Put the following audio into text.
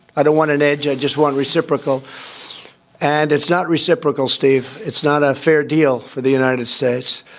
i don't want an edge. i just want reciprocal and it's not reciprocal steve. it's not a fair deal for the united states.